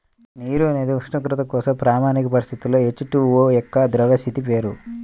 నీరు అనేది ఉష్ణోగ్రత కోసం ప్రామాణిక పరిస్థితులలో హెచ్.టు.ఓ యొక్క ద్రవ స్థితి పేరు